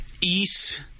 East